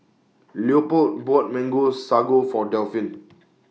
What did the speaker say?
Leopold bought Mango Aago For Delphin